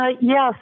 Yes